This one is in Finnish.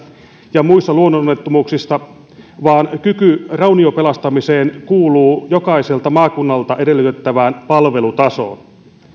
ja muissa luonnononnettomuuksissa vaan kyky rauniopelastamiseen kuuluu jokaiselta maakunnalta edellytettävään palvelutasoon